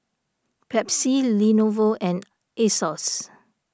Pepsi Lenovo and Asos